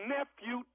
Nephew